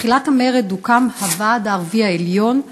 בתחילת המרד הוקם הוועד הערבי העליון,